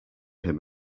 him